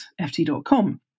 ft.com